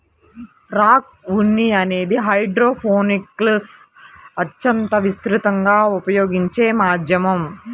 rock ఉన్ని అనేది హైడ్రోపోనిక్స్లో అత్యంత విస్తృతంగా ఉపయోగించే మాధ్యమం